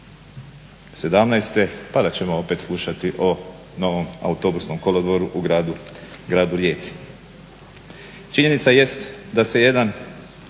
2017., pa da ćemo opet slušati o novom autobusnom kolodvoru u gradu Rijeci. Činjenica jest, da se jedan